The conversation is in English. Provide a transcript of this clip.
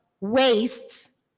wastes